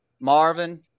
Marvin